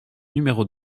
numéro